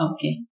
Okay